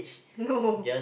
no